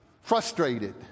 frustrated